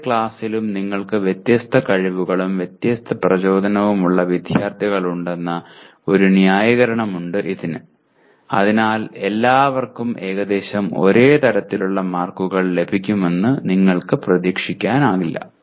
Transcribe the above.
ഏത് ക്ലാസിലും നിങ്ങൾക്ക് വ്യത്യസ്ത കഴിവുകളും വ്യത്യസ്ത പ്രചോദനങ്ങളുമുള്ള വിദ്യാർത്ഥികളുണ്ടെന്ന ഒരു ന്യായീകരണമുണ്ട് ഇതിന് അതിനാൽ എല്ലാവർക്കും ഏകദേശം ഒരേ തരത്തിലുള്ള മാർക്കുകൾ ലഭിക്കുമെന്ന് നിങ്ങൾക്ക് പ്രതീക്ഷിക്കാനാവില്ല